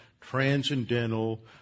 transcendental